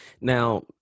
Now